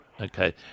Okay